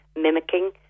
mimicking